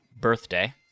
birthday